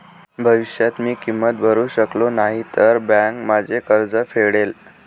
भविष्यात मी किंमत भरू शकलो नाही तर बँक माझे कर्ज फेडेल